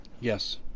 Yes